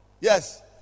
Yes